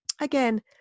Again